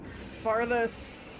farthest